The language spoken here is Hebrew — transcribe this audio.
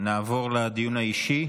נעבור לדיון האישי.